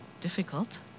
difficult